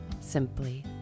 Simply